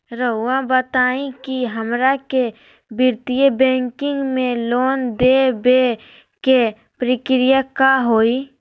रहुआ बताएं कि हमरा के वित्तीय बैंकिंग में लोन दे बे के प्रक्रिया का होई?